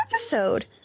episode